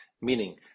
Meaning